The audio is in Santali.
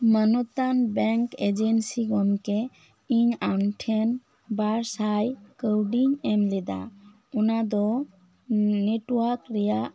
ᱢᱟᱱᱚᱛᱟᱱ ᱵᱮᱝᱠ ᱮᱡᱮᱱᱥᱤ ᱜᱚᱢᱠᱮ ᱤᱧ ᱟᱢ ᱴᱷᱮᱱ ᱵᱟᱨ ᱥᱟᱭ ᱠᱟᱹᱣᱰᱤᱧ ᱮᱢ ᱞᱮᱫᱟ ᱚᱱᱟ ᱫᱚ ᱱᱮᱴᱣᱟᱨᱠ ᱨᱮᱭᱟᱜ